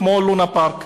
כמו לונה-פארק.